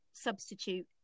substitute